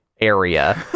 area